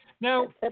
Now